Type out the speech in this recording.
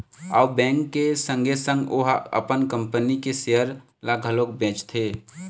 अउ बेंक के संगे संग ओहा अपन कंपनी के सेयर ल घलोक बेचथे